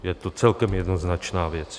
Je to celkem jednoznačná věc.